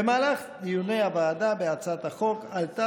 במהלך דיוני הוועדה בהצעת החוק עלתה